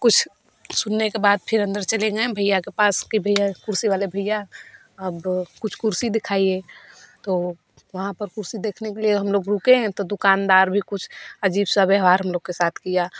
कुछ सुनने के बाद फिर अंदर चले गये भईया के पास की भईया कुर्सी वाले भईया कुछ कुर्सी दिखाइए तो वहाँ पर कुर्सी देखने के लिए हम लोग रुके है तो दुकानदर भी हम लोग के साथ कुछ अजीब सा व्यवहार हम लोग के साथ किया